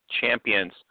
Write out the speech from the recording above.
champions